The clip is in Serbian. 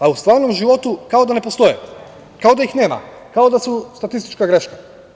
A u stvarnom životu kao da ne postoje, kao da ih nema, kao da su statistička greška.